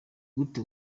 gute